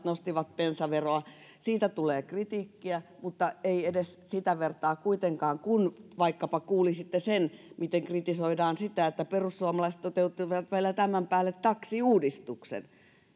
nostivat bensaveroa siitä tulee kritiikkiä mutta ei sitä vertaa kuitenkaan kuin jos kuulisitte vaikkapa sen miten kritisoidaan sitä että perussuomalaiset toteuttivat tämän päälle vielä taksiuudistuksen